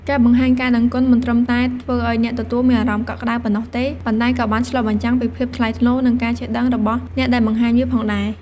ការបង្ហាញការដឹងគុណមិនត្រឹមតែធ្វើឲ្យអ្នកទទួលមានអារម្មណ៍កក់ក្ដៅប៉ុណ្ណោះទេ ប៉ុន្តែក៏បានឆ្លុះបញ្ចាំងពីភាពថ្លៃថ្នូរ និងការចេះដឹងរបស់អ្នកដែលបង្ហាញវាផងដែរ។